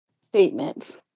statements